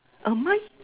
uh mine